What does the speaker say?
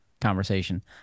conversation